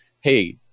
hey